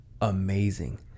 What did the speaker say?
amazing